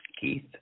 Keith